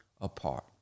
apart